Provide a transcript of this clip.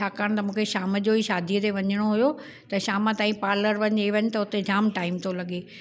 छाकाणि त मूंखे शाम जो ई शादीअ ते वञिणो हुयो त शाम ताईं पार्लर वञ हे वञ त हुते जाम टाइम थो लॻे